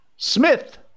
Smith